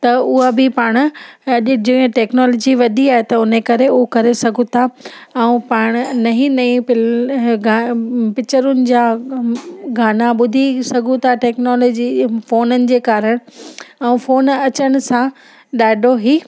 त उहा बि पाणि अॼु जीअं टेक्नोलोजी वधी आहे त उन करे उहो करे सघूं था ऐं पाणि नही नईं पिल गा पिचरुनि जा गाना ॿुधी सघूं था टेक्नोलोजी फ़ोननि जे कारण ऐं फ़ोन अचण सां ॾाढो ई